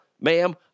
ma'am